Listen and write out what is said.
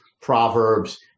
Proverbs